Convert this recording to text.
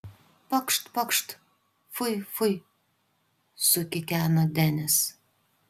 pakšt pakšt fui fui sukikeno denis